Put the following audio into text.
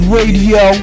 Radio